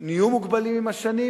או נהיו מוגבלים עם השנים.